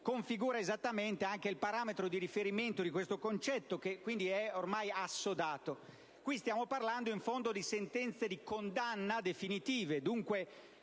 quindi, esattamente anche il parametro di riferimento di questo concetto ormai assodato. Stiamo parlando, in fondo, di sentenze di condanna definitive